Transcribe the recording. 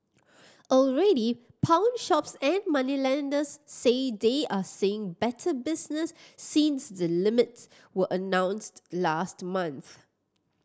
already pawnshops and moneylenders say they are seeing better business since the limits were announced last month